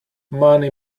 money